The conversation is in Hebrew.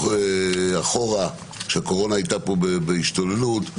בחודשים אחורה, כשהקורונה הייתה פה בהשתוללות.